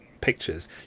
pictures